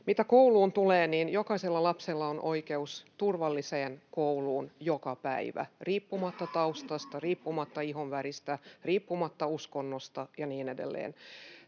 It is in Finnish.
Mitä kouluun tulee, niin jokaisella lapsella on oikeus turvalliseen kouluun joka päivä, riippumatta taustasta, riippumatta ihonväristä, riippumatta uskonnosta ja niin edelleen.